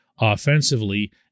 offensively